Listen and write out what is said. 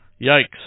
Yikes